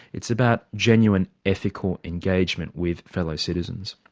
it's about genuine ethical engagement with fellow citizens.